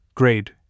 grade